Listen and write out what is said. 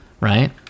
right